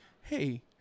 hey